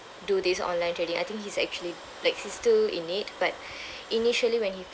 do this online trading I think he's actually like he's still in it but initially when he